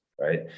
Right